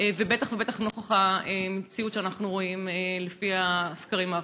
ובטח ובטח נוכח המציאות שאנחנו רואים לפי הסקרים האחרונים?